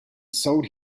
sold